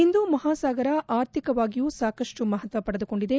ಹಿಂದೂ ಮಹಸಾಗರ ಆರ್ಥಿಕವಾಗಿಯೂ ಸಾಕಷ್ಟು ಮಹತ್ವಪಡೆದುಕೊಂದಿದೆ